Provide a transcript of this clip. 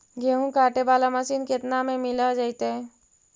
गेहूं काटे बाला मशीन केतना में मिल जइतै?